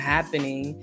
Happening